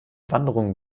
wanderung